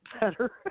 better